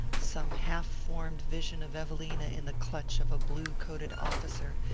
some half-formed vision of evelina in the clutch of a blue-coated officer,